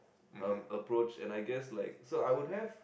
um approach and I guess like so I would have